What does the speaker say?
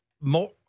more –